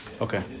Okay